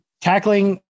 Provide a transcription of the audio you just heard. tackling